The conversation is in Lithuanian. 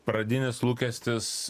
pradinis lūkestis